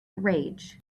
rage